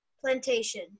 plantation